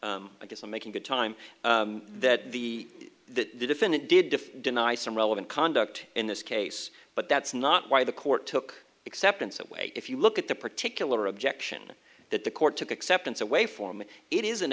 point i guess i'm making the time that the the defendant did to deny some relevant conduct in this case but that's not why the court took exceptions that way if you look at the particular objection that the court took acceptance away form it isn't